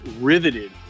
riveted